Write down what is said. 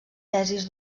tesis